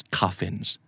coffins